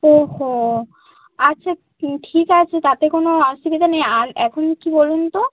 ও হো আচ্ছা ঠিক আছে তাতে কোনো অসুবিধা নেই আর এখন কী বলুন তো